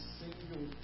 single